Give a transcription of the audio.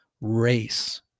race